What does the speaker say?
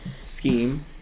scheme